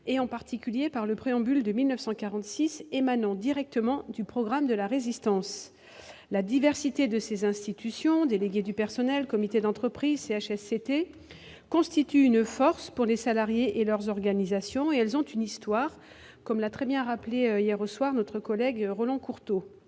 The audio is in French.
et en particulier le Préambule de 1946 émanant directement du programme de la Résistance. La diversité de ces institutions, délégués du personnel, comités d'entreprise, CHSCT, constitue une force pour les salariés et leurs organisations. Et elles ont une histoire, comme l'a très bien rappelé hier soir notre collègue Roland Courteau.